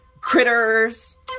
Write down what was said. Critters